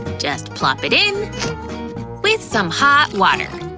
just plop it in with some hot water.